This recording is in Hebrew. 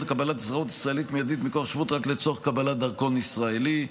לקבלת אזרחות ישראלית מיידית מכוח שבות רק לצורך קבלת דרכון ישראלי,